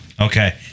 Okay